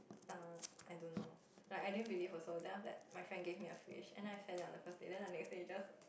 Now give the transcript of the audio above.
err I don't know like I didn't believe also then after that my friend give me a fish and I fed it on the first day then the next day it just